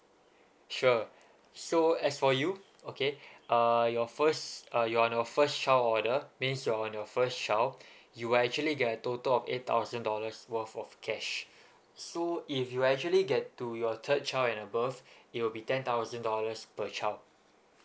sure so as for you okay err your first uh you're on first child order means you're on your first child you will actually get a total of eight thousand dollars worth of cash so if you actually get to your third child and above it will be ten thousand dollars per child